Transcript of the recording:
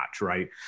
right